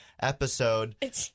episode